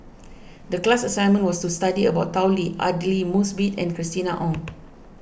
the class assignment was to study about Tao Li Aidli Mosbit and Christina Ong